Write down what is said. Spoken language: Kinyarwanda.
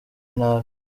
nabi